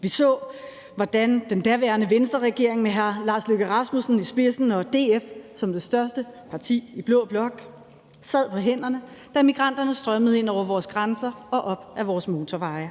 Vi så, hvordan den daværende Venstreregering med hr. Lars Løkke Rasmussen i spidsen og DF som det største parti i blå blok sad på hænderne, da migranterne strømmede ind over vores grænser og op ad vores motorveje.